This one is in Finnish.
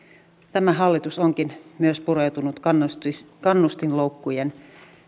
tämä hallitus onkin myös pureutunut kannustinloukkujen